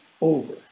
over